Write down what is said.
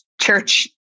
church